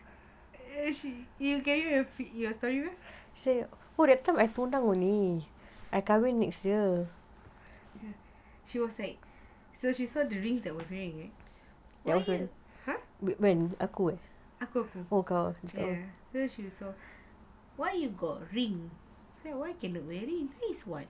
she can you repeat your story she was like so she say why aku so she say why you got ring why you not wearing this [one]